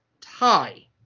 tie